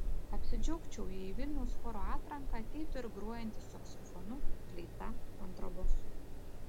apsidžiaugčiau jei į vilniaus choro atranką ateitų ir grojantys saksofonu fleita kontrabosu